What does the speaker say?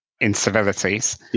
incivilities